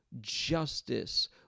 justice